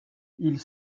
ils